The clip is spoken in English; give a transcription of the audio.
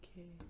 okay